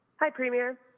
hi, premier.